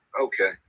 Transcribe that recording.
Okay